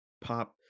pop